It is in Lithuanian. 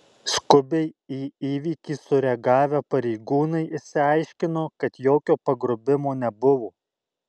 skubiai į įvykį sureagavę pareigūnai išsiaiškino kad jokio pagrobimo nebuvo